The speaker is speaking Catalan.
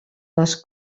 les